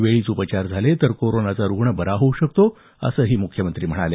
वेळीच उपचार झाले तर कोरोना बरा होऊ शकतो असंही मुख्यमंत्र्यांनी म्हणाले